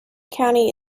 county